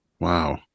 Wow